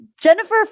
Jennifer